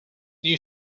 new